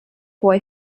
boy